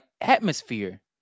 atmosphere